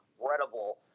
incredible